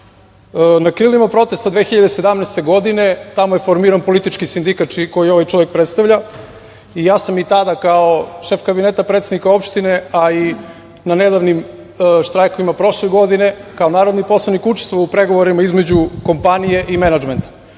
Na krilima protesta 2017. godine, tamo je formiran politički sindikat, koji je ovaj čovek predstavlja i ja sam i tada kao šef kabineta predsednika opštine, a i na nedavnim štrajkovima prošle godine kao narodni poslanik učestvovao u pregovorima između kompanije i menadžmenta,